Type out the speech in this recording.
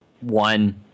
One